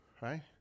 right